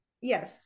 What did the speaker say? Yes